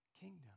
kingdom